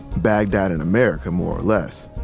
baghdad in america, more or less.